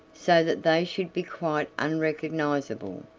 so that they should be quite unrecognizable.